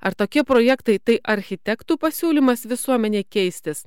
ar tokie projektai tai architektų pasiūlymas visuomenei keistis